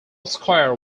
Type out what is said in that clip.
square